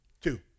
Two